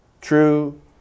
true